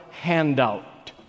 handout